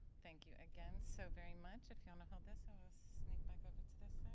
thank you, again, so very much. if you want to hold this, i'll sneak back over to this